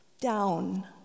down